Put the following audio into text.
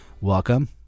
Welcome